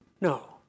No